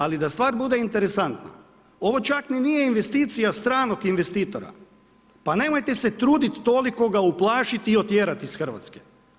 Ali da stvar bude interesantna, ovo čak ni nije investicija stranog investitora, pa nemojte se truditi toliko ga uplašiti i otjerati iz Hrvatske.